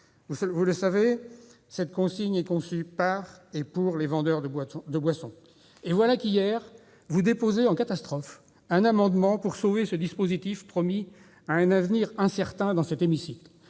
Vous le savez, cette consigne est conçue par et pour les vendeurs de boissons. Et voilà qu'hier vous déposez en catastrophe un amendement pour sauver ce dispositif promis à un avenir incertain dans cet hémicycle